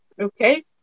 okay